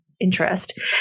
interest